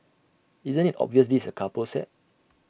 isn't IT obvious this is A couple set